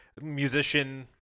musician